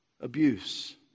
abuse